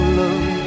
love